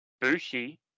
Bushi